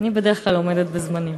אני בדרך כלל עומדת בזמנים.